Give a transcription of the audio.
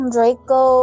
Draco